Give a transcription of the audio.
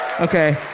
Okay